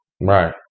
Right